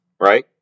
Right